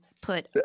put